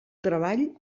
treball